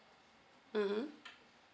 mmhmm